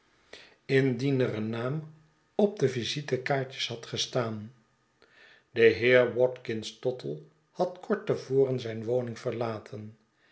indien er een naam op de visitekaartjes had gestaan de heer watkins tottle had kort te voren zijn woning verlaten